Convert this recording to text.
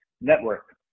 network